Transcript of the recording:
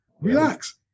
Relax